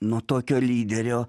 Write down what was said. nu tokio lyderio